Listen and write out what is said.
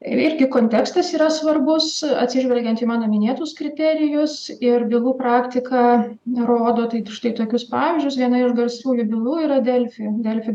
irgi kontekstas yra svarbus atsižvelgiant į mano minėtus kriterijus ir bylų praktika rodo tai štai tokius pavyzdžius viena iš garsiųjų bylų yra delfi delfi